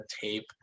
tape